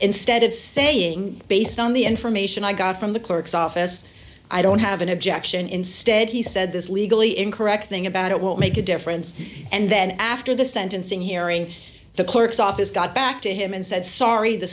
instead of saying based on the information i got from the clerk's office i don't have an objection instead he said this legally incorrect thing about it won't make a difference and then after the sentencing hearing the clerk's office got back to him and said sorry the